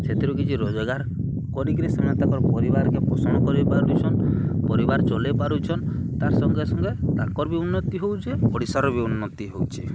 ସେଥିରୁ କିଛି ରୋଜଗାର କରିକିରି ସେମାନେ ତାକର୍ ପରିବାର୍କେ ପୋଷଣ କରିପାରୁଛନ୍ ପରିବାର୍ ଚଲେଇ ପାରୁଛନ୍ ତାର୍ ସଙ୍ଗେ ସଙ୍ଗେ ତାକର୍ ବି ଉନ୍ନତି ହଉଚେ ଓଡ଼ିଶାର ବି ଉନ୍ନତି ହଉଚେ